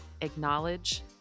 acknowledge